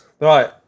Right